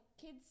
kids